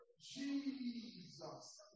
Jesus